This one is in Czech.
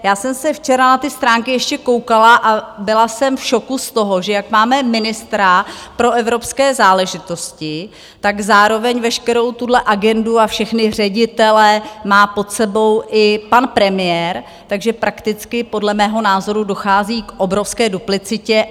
Já jsem se včera na ty stránky ještě koukala a byla jsem v šoku z toho, že jak máme ministra pro evropské záležitosti, tak zároveň veškerou tuhle agendu a všechny ředitele má pod sebou i pan premiér, takže prakticky podle mého názoru dochází k obrovské duplicitě.